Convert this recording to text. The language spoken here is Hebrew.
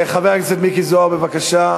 חבר הכנסת מיקי זוהר, בבקשה.